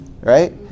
right